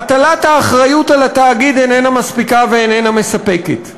הטלת האחריות על התאגיד איננה מספיקה ואיננה מספקת.